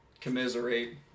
commiserate